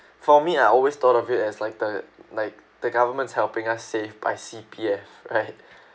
for me I always thought of it as like the like the government's helping us save by C_P_F right